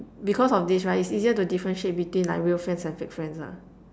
because of this right it's easier to differentiate between like real friends and fake friends lah